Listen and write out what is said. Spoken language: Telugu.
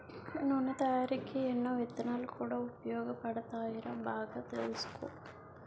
నూనె తయారికీ ఎన్నో విత్తనాలు కూడా ఉపయోగపడతాయిరా బాగా తెలుసుకో